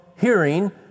hearing